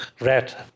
red